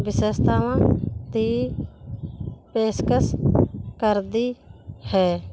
ਵਿਸ਼ੇਸ਼ਤਾਵਾਂ ਦੀ ਪੇਸ਼ਕਸ਼ ਕਰਦੀ ਹੈ